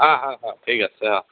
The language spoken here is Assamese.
অঁ অঁ অঁ ঠিক আছে অঁ